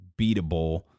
beatable